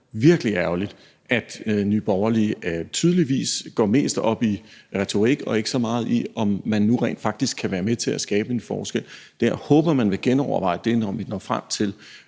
virkelig ærgerligt, at Nye Borgerlige tydeligvis går mest op i retorik og ikke så meget i, om man nu rent faktisk kan være med til at gøre en forskel. Jeg håber, man vil genoverveje det, når vi når frem til